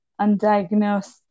undiagnosed